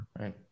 Right